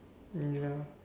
mm ya